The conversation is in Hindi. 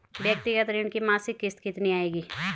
व्यक्तिगत ऋण की मासिक किश्त कितनी आएगी?